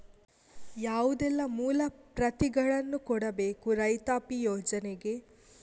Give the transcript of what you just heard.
ಯಾವುದೆಲ್ಲ ಮೂಲ ಪ್ರತಿಗಳನ್ನು ಕೊಡಬೇಕು ರೈತಾಪಿ ಯೋಜನೆಗೆ?